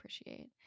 appreciate